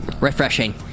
Refreshing